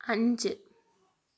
അഞ്ച്